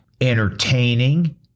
entertaining